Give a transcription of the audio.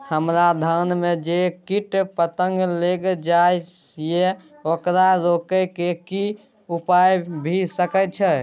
हमरा धान में जे कीट पतंग लैग जाय ये ओकरा रोके के कि उपाय भी सके छै?